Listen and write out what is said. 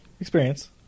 Experience